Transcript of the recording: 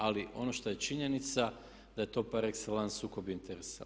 Ali, ono što je činjenica da je to par excellence sukob interesa.